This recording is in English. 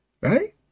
right